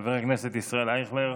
חבר הכנסת ישראל אייכלר,